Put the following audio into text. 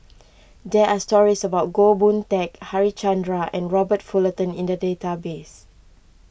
there are stories about Goh Boon Teck Harichandra and Robert Fullerton in the database